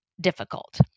difficult